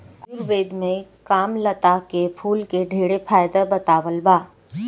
आयुर्वेद में कामलता के फूल के ढेरे फायदा बतावल बा